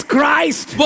Christ